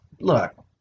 look